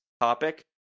topic